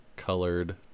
colored